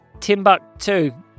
Timbuktu